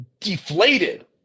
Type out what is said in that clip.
deflated